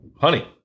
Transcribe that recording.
honey